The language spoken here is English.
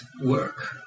work